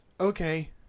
okay